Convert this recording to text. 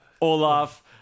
Olaf